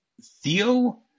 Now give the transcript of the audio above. Theo